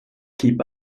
keep